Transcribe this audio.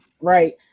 Right